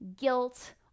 guilt